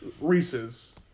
Reese's